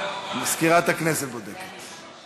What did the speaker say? מזכירת הכנסת בודקת.